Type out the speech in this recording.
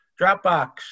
Dropbox